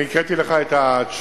אני הקראתי לך את התשובה.